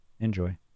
enjoy